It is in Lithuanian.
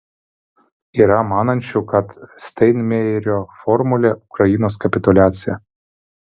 yra manančių kad steinmeierio formulė ukrainos kapituliacija